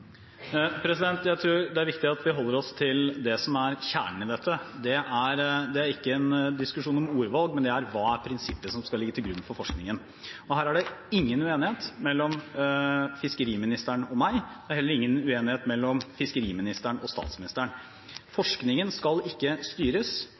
Jeg tror det er viktig at vi holder oss til det som er kjernen i dette. Det er ikke en diskusjon om ordvalg, men om hvilket prinsipp som skal ligge til grunn for forskningen. Og her er det ingen uenighet mellom fiskeriministeren og meg. Det er heller ingen uenighet mellom fiskeriministeren og statsministeren.